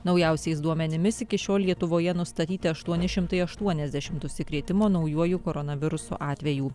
naujausiais duomenimis iki šiol lietuvoje nustatyti aštuoni šimtai aštuoniasdešimt užsikrėtimo naujuoju koronavirusu atvejų